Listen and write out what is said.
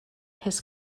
his